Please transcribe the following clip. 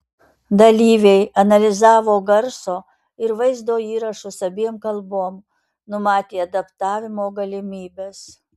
dalyviai analizavo garso ir vaizdo įrašus abiem kalbom numatė adaptavimo galimybes